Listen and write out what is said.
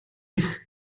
эрх